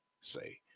say